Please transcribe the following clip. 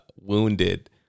wounded